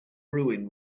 ruin